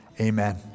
amen